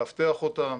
לאבטח אותם,